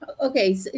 Okay